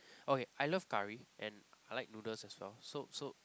okay I love curry and I like noodles as well so so